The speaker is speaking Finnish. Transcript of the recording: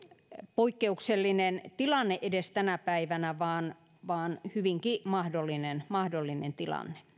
poikkeuksellinen tilanne tänä päivänä vaan vaan hyvinkin mahdollinen mahdollinen tilanne